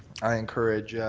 i encourage